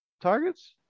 targets